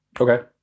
Okay